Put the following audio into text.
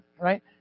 right